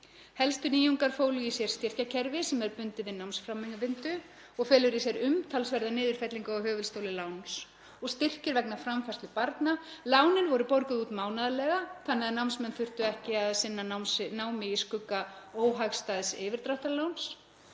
Helstu nýjungar fólu í sér styrkjakerfi sem er bundið við námsframvindu og felur í sér umtalsverða niðurfellingu á höfuðstóli láns og styrkir vegna framfærslu barna. Lánin eru borguð út mánaðarlega þannig að námsmenn þurfa ekki að sinna námi í skugga óhagstæðs yfirdráttarláns